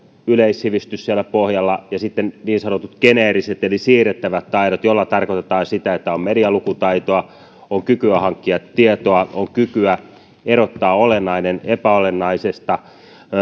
yleissivistys siellä pohjalla ja sitten niin sanotut geneeriset eli siirrettävät taidot joilla tarkoitetaan sitä että on medialukutaitoa on kykyä hankkia tietoa on kykyä erottaa olennainen epäolennaisesta